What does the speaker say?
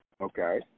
Okay